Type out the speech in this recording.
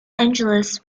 angeles